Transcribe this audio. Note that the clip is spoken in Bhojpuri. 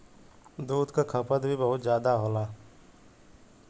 दूध क खपत भी बहुत जादा होला